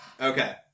Okay